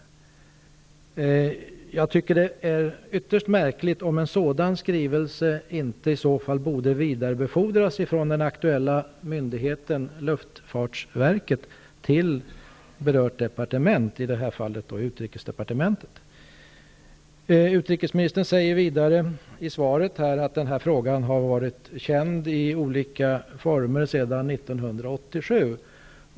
Jag tycker det är ytterst märkligt om en sådan skrivelse inte borde vidarebefordras från den aktuella myndigheten, luftfartsverket, till berört departement, i det här fallet utrikesdepartementet. Utrikesministern säger vidare i svaret att den här saken har varit känd sedan 1987.